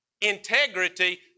Integrity